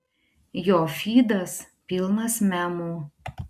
jo fydas pilnas memų